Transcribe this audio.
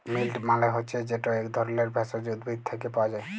মিল্ট মালে হছে যেট ইক ধরলের ভেষজ উদ্ভিদ থ্যাকে পাওয়া যায়